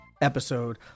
episode